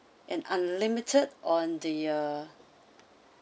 and unlimited on the uh